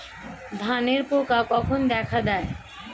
ধানের পোকা কখন দেখা দেয়?